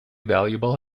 valuable